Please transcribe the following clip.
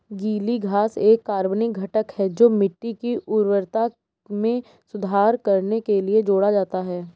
गीली घास एक कार्बनिक घटक है जो मिट्टी की उर्वरता में सुधार करने के लिए जोड़ा जाता है